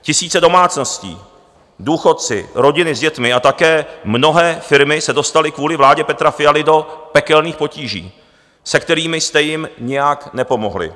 Tisíce domácností, důchodci, rodiny s dětmi a také mnohé firmy se dostali kvůli vládě Petra Fialy do pekelných potíží, se kterými jste jim nijak nepomohli.